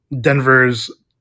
Denver's